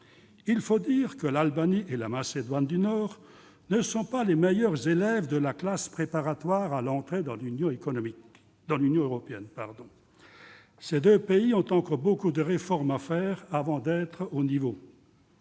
Il faut dire que l'Albanie et la Macédoine du Nord ne sont pas les meilleurs élèves de la classe préparatoire à l'entrée dans l'Union européenne ! Ces deux pays ont encore beaucoup de réformes à faire avant d'être au niveau.